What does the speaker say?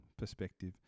perspective